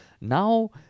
now